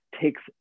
takes